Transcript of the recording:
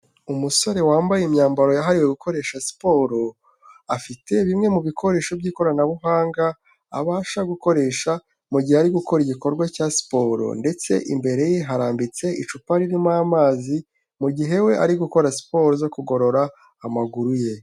Umusore wambaye imyambaro yahariwe gukoresha siporo, afite bimwe mu bikoresho by'ikoranabuhanga abasha gukoresha mu gihe ari gukora igikorwa cya siporo ndetse imbere ye harambitse icupa ririmo amazi, mu gihe we ari gukora siporo zo kugorora amaguru ye.